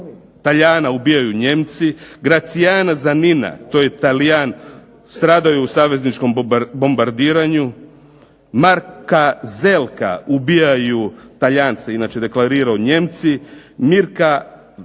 Talijana ubijaju Nijemci, Gracijana Zamina to je Talijan stradao je u savezničkom bombardiranju, Marka Zelka ubijaju Talijan se inače deklarirao Nijemci, Mirka Vekjefa,